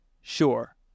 sure